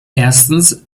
erstens